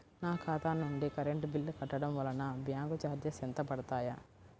నా ఖాతా నుండి కరెంట్ బిల్ కట్టడం వలన బ్యాంకు చార్జెస్ ఎంత పడతాయా?